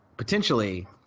Potentially